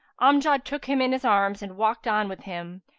amjad took him in his arms and walked on with him,